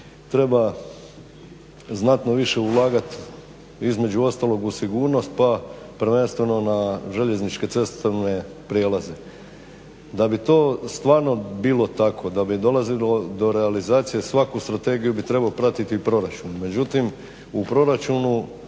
treba znatno više ulagati između ostalog u sigurnost pa prvenstveno na željezničke cestovne prijelaze. Da bi to stvarno bilo tako, da bi dolazilo do realizacije svaku strategiju bi trebao pratiti proračun. Međutim, u proračunu